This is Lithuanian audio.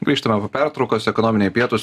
grįžtame po pertraukos ekonominiai pietūs